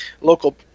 local